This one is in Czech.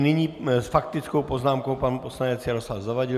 Nyní s faktickou poznámkou pan poslanec Jaroslav Zavadil.